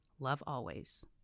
lovealways